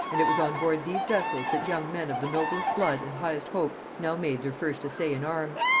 and it was on-board these vessels that young men of the noblest blood and highest hopes now made their first essay in arms.